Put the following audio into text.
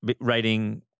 Writing